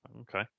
okay